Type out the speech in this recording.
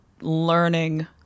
learning